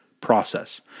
process